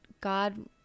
God